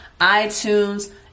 iTunes